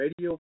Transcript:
radio